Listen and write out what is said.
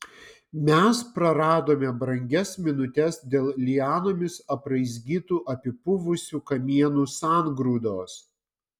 mes praradome brangias minutes dėl lianomis apraizgytų apipuvusių kamienų sangrūdos